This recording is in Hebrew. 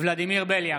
ולדימיר בליאק,